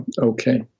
okay